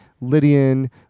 Lydian